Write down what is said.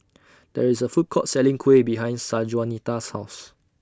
There IS A Food Court Selling Kuih behind Sanjuanita's House